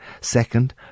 Second